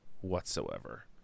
whatsoever